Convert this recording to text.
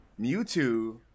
Mewtwo